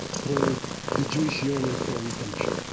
called the jewish yearning for redemption.